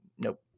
Nope